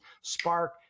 spark